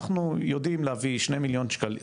אנחנו יודעים להביא שני מיליון שקלים.